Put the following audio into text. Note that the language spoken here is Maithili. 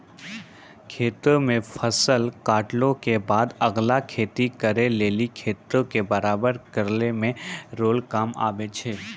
खेतो मे फसल काटला के बादे अगला खेती करे लेली खेतो के बराबर करै मे रोलर काम आबै छै